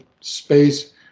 space